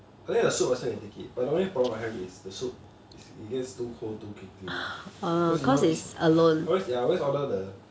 I think the soup I still can take it but the only problem I have is the soup is it gets too cold too quickly because you know ya I always order the